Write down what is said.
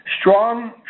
Strong